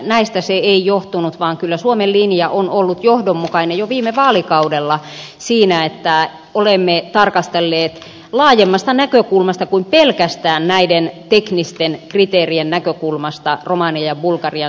näistä se ei johtunut vaan kyllä suomen linja on ollut johdonmukainen jo viime vaalikaudella siinä että olemme tarkastelleet laajemmasta kuin pelkästään näiden teknisten kriteerien näkökulmasta romanian ja bulgarian schengen jäsenyyttä